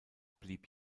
blieb